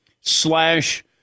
slash